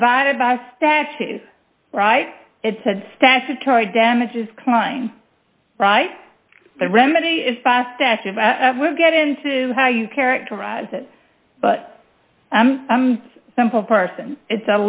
provided by statute right it said statutory damages kline right the remedy is fast action will get into how you characterize it but i'm i'm simple person it's